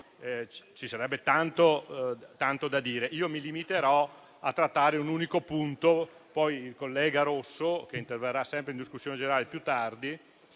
ci sarebbe tanto da dire. Io mi limiterò a trattare un unico punto, mentre il collega Rosso, che interverrà sempre in discussione generale più tardi,